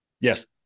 Yes